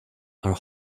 are